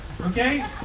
Okay